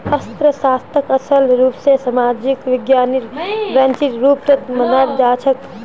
अर्थशास्त्रक असल रूप स सामाजिक विज्ञानेर ब्रांचेर रुपत मनाल जाछेक